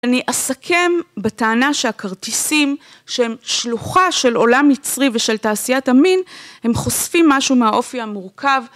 אני אסכם בטענה שהכרטיסים שהם שלוחה של עולם יצרי ושל תעשיית המין, הם חושפים משהו מהאופי המורכב.